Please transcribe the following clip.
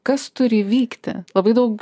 kas turi įvykti labai daug